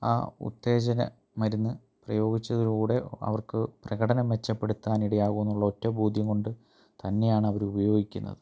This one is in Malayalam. ആ ഉത്തേജന മരുന്ന് പ്രയോഗിച്ചതിലൂടെ അവർക്ക് പ്രകടനം മെച്ചപ്പെടുത്താനിടയാകും എന്നുള്ള ഒറ്റ ബോധ്യം കൊണ്ട് തന്നെയാണവർ ഉപയോഗിക്കുന്നത്